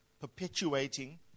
perpetuating